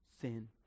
sin